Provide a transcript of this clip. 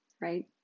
right